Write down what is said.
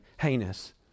heinous